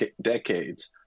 decades